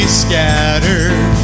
scattered